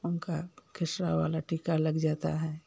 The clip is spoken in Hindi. उनका खसरा वाला टीका लग जाता है